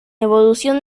evolución